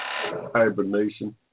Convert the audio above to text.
hibernation